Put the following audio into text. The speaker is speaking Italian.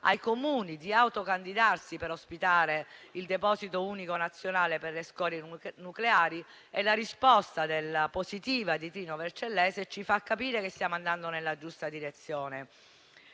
ai Comuni di autocandidarsi per ospitare il deposito unico nazionale per le scorie nucleari e la risposta positiva di Trino Vercellese ci fa capire che stiamo andando nella giusta direzione.